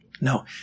no